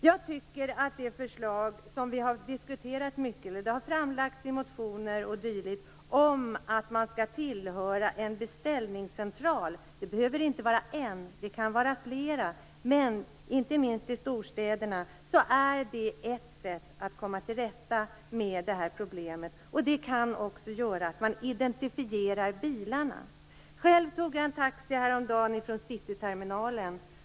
Jag tycker att det förslag som vi har diskuterat mycket och som har framlagts i motioner osv. om att taxibilarna skall tillhöra en beställningscentral - det behöver inte vara en, utan det kan vara flera - är, inte minst i storstäderna, ett sätt att komma till rätta med detta problem. Det kan också göra att man identifierar bilarna. Själv tog jag häromdagen taxi från Cityterminalen.